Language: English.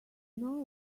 know